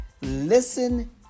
listen